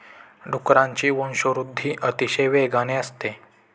डुकरांची वंशवृद्धि अतिशय वेगवान असते